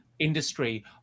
industry